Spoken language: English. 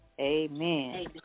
Amen